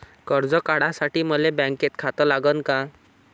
कर्ज काढासाठी मले बँकेत खातं लागन का?